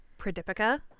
Pradipika